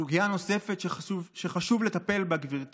סוגיה נוספת שחשוב לטפל בה, גברתי,